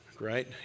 right